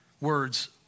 words